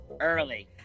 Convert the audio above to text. Early